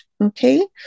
Okay